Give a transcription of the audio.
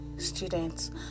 students